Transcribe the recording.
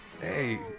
Hey